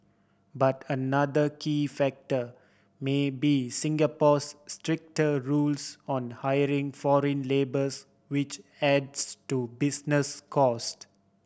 but another key factor may be Singapore's stricter rules on hiring foreign labours which adds to business cost